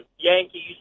Yankees